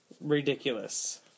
ridiculous